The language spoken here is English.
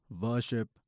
worship